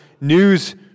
news